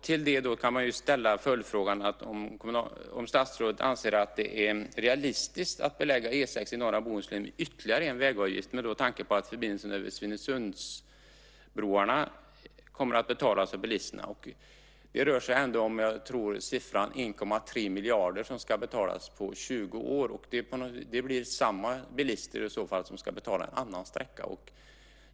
Till det kan man ställa följdfrågan om statsrådet anser att det är realistiskt att belägga E 6 i norra Bohuslän med ytterligare en vägavgift med tanke på att förbindelsen över Svinesundsbroarna kommer att betalas av bilisterna. Det rör sig om 1,3 miljarder, tror jag, som ska betalas på 20 år. Det blir i så fall samma bilister som ska betala en annan sträcka.